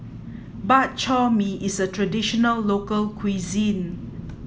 Bak Chor Mee is a traditional local cuisine